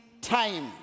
time